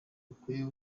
rukwiye